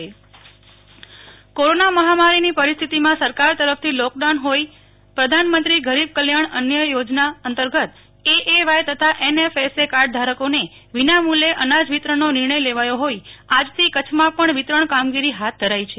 નેહલ ઠકકર કચ્છ અનાજ વિતરણ કોરોના મહામારીની પરિસ્થિતિમાં સરકાર તરફથી લોકડાઉન હોઈ પ્રધાનમત્રી ગરીબ કલ્યાણ અન્ય યોજના અંતર્ગત એએવાય તથા એનએફએસએ કાર્ડ ધારકોને અનાજ વિતરણનો નિર્ણય લેવાયો હોઈ આજથી કચ્છમાં પણ વિતરણ કામગીરી હાથ ધરાઈ છે